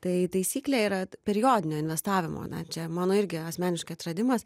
tai taisyklė yra periodinio investavimo na čia mano irgi asmeniškai atradimas